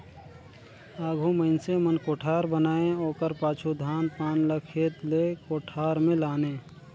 आघु मइनसे मन कोठार बनाए ओकर पाछू धान पान ल खेत ले कोठार मे लाने